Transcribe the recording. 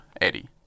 Eddie